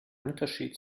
unterschied